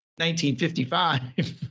1955